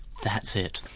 that's it.